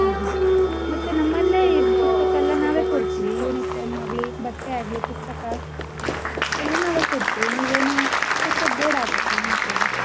ಹಾಂ ಹಾಂ ಮತ್ತು ನಮ್ಮಲ್ಲೇ ಇದು ಪುಸ್ತಕಯೆಲ್ಲ ನಾವೇ ಕೊಡ್ತೀವಿ ಯೂನಿಫಾರ್ಮ್ ಆಗಲಿ ಬಟ್ಟೆ ಆಗಲಿ ಪುಸ್ತಕ ಎಲ್ಲ ನಾವೇ ಕೊಡ್ತೀವಿ ನೀವೇನೂ ಕೊಡಿಸೋದು ಬೇಡ ಆಗತ್ತೆ ಮಕ್ಕಳಿಗೆ